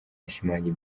yashimangiye